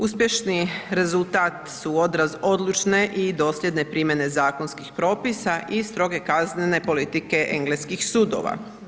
Uspješni rezultat su odraz odlučne i dosljedne primjene zakonskih propisa i stroge kaznene politike engleskih sudova.